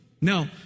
Now